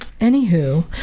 Anywho